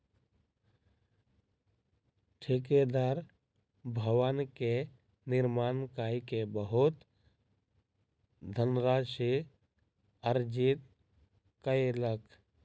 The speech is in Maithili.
ठेकेदार भवन के निर्माण कय के बहुत धनराशि अर्जित कयलक